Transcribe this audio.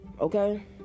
Okay